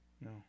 No